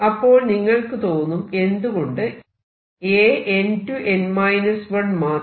അപ്പോൾ നിങ്ങൾക്ക് തോന്നും എന്തുകൊണ്ട് An→n 1 മാത്രം